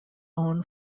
own